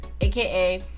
aka